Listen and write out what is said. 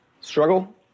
struggle